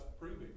proving